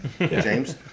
James